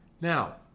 Now